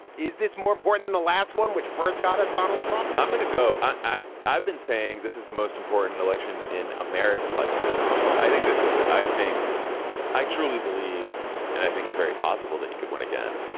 is this more important than the last one which first got to donald trump? i'm going to go. i. i've been saying this is the most important election in america's lifetime. but i think this is i think i truly believe and i think it's very possible that he could win again.